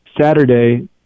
saturday